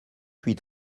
huit